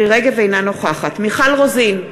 אינה נוכחת מיכל רוזין,